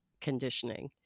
conditioning